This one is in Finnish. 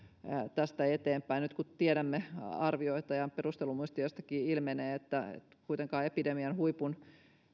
tästä eteenpäin nyt kun tiedämme arvioita ja perustelumuistiostakin ilmenee että kuitenkaan epidemian huipun